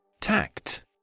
Tact